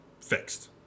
fixed